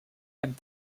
and